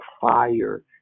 fire